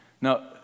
Now